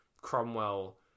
Cromwell